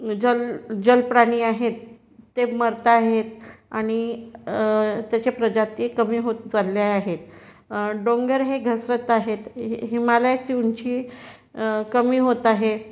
जल जलप्राणी आहेत ते मरत आहेत आणि त्याच्या प्रजाती कमी होत चालल्या आहेत डोंगर हे घसरत आहेत हि हिमालयाची उंची कमी होत आहे